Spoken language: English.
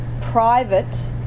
private